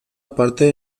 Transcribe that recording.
parte